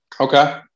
Okay